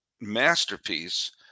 masterpiece